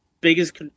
biggest